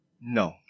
No